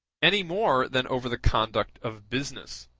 any more than over the conduct of business.